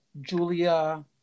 Julia